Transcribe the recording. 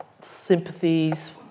sympathies